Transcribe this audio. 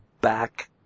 back